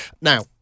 Now